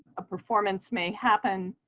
a performance may happen.